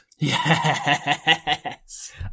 yes